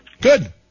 Good